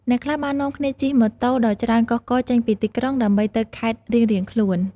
អ្នកខ្លះបាននាំគ្នាជិះម៉ូតូដ៏ច្រើនកុះករចេញពីទីក្រុង ដើម្បីទៅខេត្តរៀងៗខ្លួន។